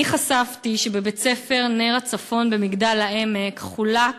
אני חשפתי שבבית-ספר "נר הצפון" במגדל-העמק חולק